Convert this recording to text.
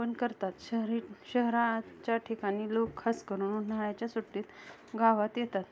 पण करतात शहरी शहराच्या ठिकाणी लोक खास करून उन्हाळ्याच्या सुट्टीत गावात येतात